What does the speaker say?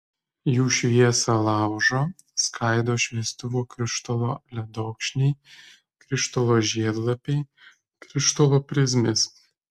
jų šviesą laužo skaido šviestuvo krištolo ledokšniai krištolo žiedlapiai krištolo prizmės